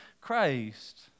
Christ